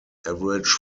average